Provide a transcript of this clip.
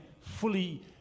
fully